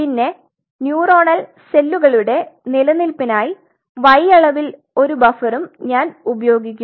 പിന്നെ ന്യൂറോണൽ സെല്ലുകളുടെ നിലനിൽപ്പിനായി y അളവിൽ ഒരു ബഫറും ഞാൻ ഉപയോഗിക്കുന്നു